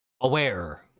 aware